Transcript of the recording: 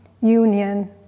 union